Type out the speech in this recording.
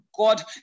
God